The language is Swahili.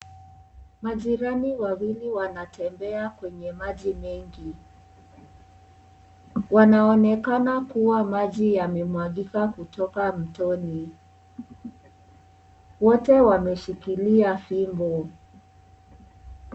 Maji rani wawili wanatembea kwenye maji mengi. Yanaonekana kuwa maji ya me mwagika kutoka mtoni. Wote wameshikilia fimbo.